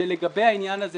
אני אומר שלגבי העניין הזה